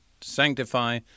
sanctify